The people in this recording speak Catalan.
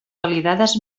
validades